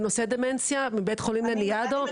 מבית חולים לניאדו,